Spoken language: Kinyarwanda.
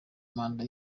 manda